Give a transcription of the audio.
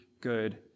good